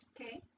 Okay